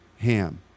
Ham